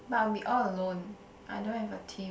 but I'll be all alone I don't have a team